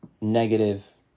negative